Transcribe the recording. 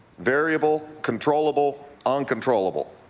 variable, controllable, uncontrollable.